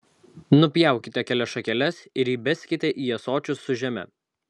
nupjaukite kelias šakeles ir įbeskite į ąsočius su žeme